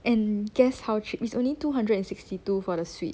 and guess how cheap it's only two hundred and sixty two for the suite